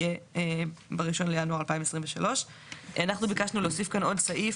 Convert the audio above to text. יהיה ב-1 בינואר 2023. אנחנו ביקשנו להוסיף כאן עוד סעיף,